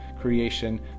creation